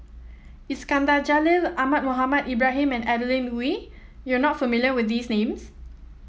Iskandar Jalil Ahmad Mohamed Ibrahim and Adeline Ooi you are not familiar with these names